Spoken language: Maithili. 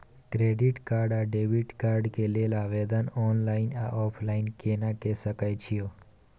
क्रेडिट कार्ड आ डेबिट कार्ड के लेल आवेदन ऑनलाइन आ ऑफलाइन केना के सकय छियै?